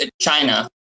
China